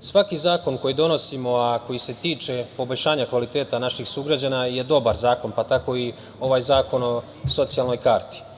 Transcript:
svaki zakon koji donosimo, a koji se tiče poboljšanja kvaliteta naših sugrađana je dobar zakon, pa tako i ovaj zakon o socijalnoj karti.